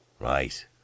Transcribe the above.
Right